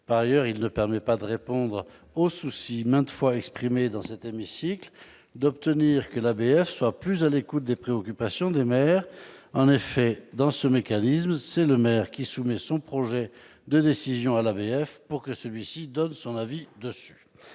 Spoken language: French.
procédure ne permet pas de répondre au souci, maintes fois exprimé dans cet hémicycle, que l'ABF soit plus à l'écoute des préoccupations des maires. En effet, selon ce mécanisme, c'est le maire qui soumet son projet de décision à l'ABF ; puis, ce dernier remet son avis.